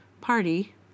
party